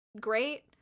great